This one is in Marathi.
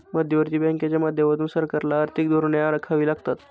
मध्यवर्ती बँकांच्या माध्यमातून सरकारला आर्थिक धोरणे आखावी लागतात